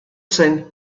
zen